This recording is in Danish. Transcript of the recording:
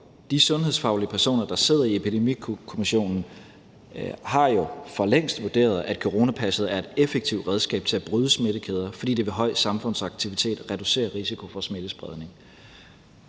de sundhedsfaglige personer, der sidder i Epidemikommissionen, jo for længst har vurderet, at coronapasset er et effektivt redskab til at bryde smittekæder, fordi det ved høj samfundsaktivitet reducerer risiko for smittespredning.